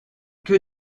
que